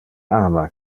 ama